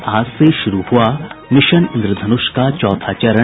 और आज से शुरू हुआ मिशन इंद्रधनुष का चौथा चरण